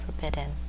forbidden